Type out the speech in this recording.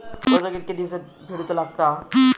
कर्ज कितके दिवसात फेडूचा लागता?